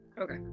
Okay